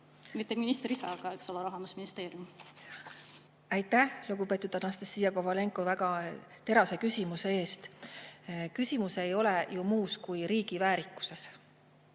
mitte minister ise, eks ole, vaid Rahandusministeerium. Aitäh, lugupeetud Anastassia Kovalenko, väga terase küsimuse eest! Küsimus ei ole ju muus kui riigi väärikuses.